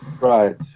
right